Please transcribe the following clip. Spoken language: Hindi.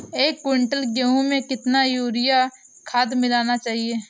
एक कुंटल मटर में कितना यूरिया खाद मिलाना चाहिए?